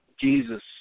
Jesus